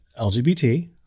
LGBT